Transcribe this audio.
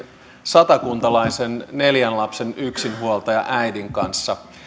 satakuntalaisen neljän lapsen yksinhuoltajaäidin kanssa